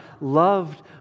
loved